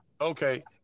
Okay